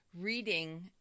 reading